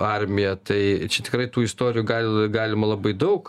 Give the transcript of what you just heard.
armija tai čia tikrai tų istorijų gal galima labai daug